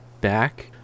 back